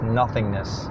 nothingness